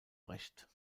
brecht